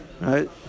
right